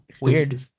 Weird